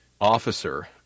officer